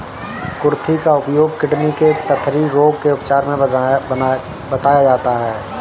कुर्थी का उपयोग किडनी के पथरी रोग के उपचार में भी बताया जाता है